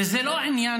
וזה לא עניין,